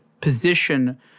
position